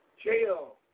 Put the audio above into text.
jail